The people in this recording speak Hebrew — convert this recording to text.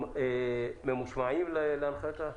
ממושמעים להנחיות?